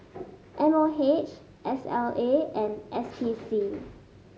M O H S L A and S P C